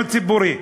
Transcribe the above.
ציבורי,